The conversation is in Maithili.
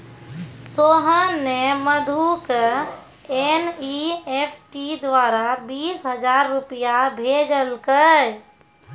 सोहन ने मधु क एन.ई.एफ.टी द्वारा बीस हजार रूपया भेजलकय